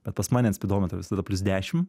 bet pas mane an spidometro visada plius dešim